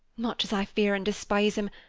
much as i fear and despise him,